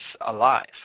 alive